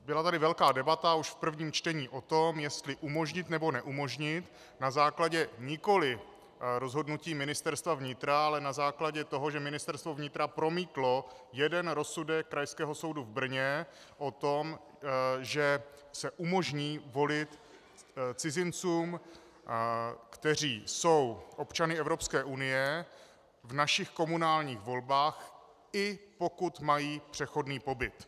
Byla tady velká debata už v prvním čtení o tom, jestli umožnit, nebo neumožnit na základě nikoliv rozhodnutí Ministerstva vnitra, ale na základě toho, že Ministerstvo vnitra promítlo jeden rozsudek Krajského soudu v Brně o tom, že se umožní volit cizincům, kteří jsou občany Evropské unie, v našich komunálních volbách, i pokud mají přechodný pobyt.